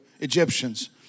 Egyptians